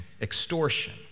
extortion